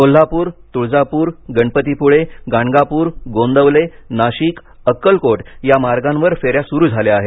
कोल्हापूर तुळजापूर गणपतीपूळे गाणगापूर गोंदवले नाशिक अक्कलकोट या मार्गावर फेऱ्या सुरु झाल्या आहेत